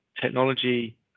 technology